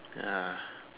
ya